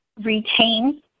retain